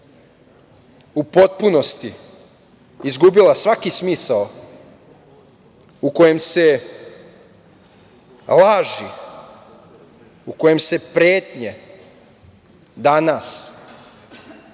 u potpunosti izgubila svaki smisao, u kojem se laži, u kojem se pretnje danas